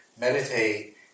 meditate